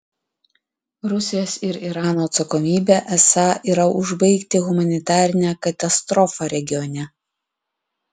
rusijos ir irano atsakomybė esą yra užbaigti humanitarinę katastrofą regione